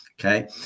Okay